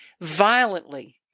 violently